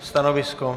Stanovisko?